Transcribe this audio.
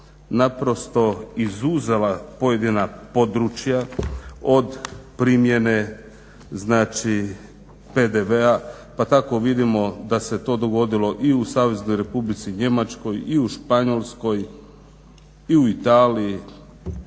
naprosto izuzela pojedina područja od primjene PDV-a pa tako vidimo da se to dogodilo i u Saveznoj Republici Njemačkoj i u Španjolskoj i u Italiji,